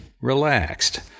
relaxed